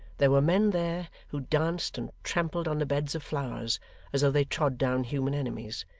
there were men there, who danced and trampled on the beds of flowers as though they trod down human enemies,